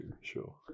sure